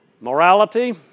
morality